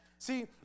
See